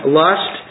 lust